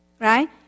right